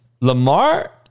Lamar